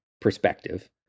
perspective